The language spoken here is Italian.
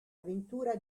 avventura